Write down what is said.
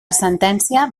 sentència